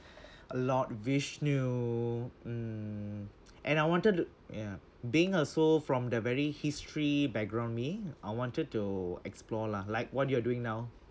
lord vishnu mm and I wanted to ya being also from a very history background me I wanted to explore lah like what you are doing now